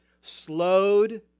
slowed